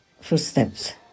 footsteps